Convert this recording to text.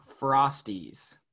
Frosties